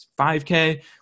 5K